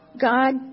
God